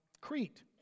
Crete